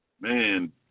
Man